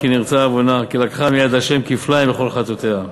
נרצה עוֹנה כי לקחה מיד ה' כפלים בכל חטאֹתיה,